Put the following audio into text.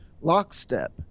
Lockstep